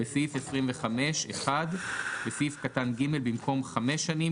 בסעיף 25 - בסעיף קטן (ג), במקום "חמש שנים"